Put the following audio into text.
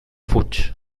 fuig